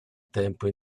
tempo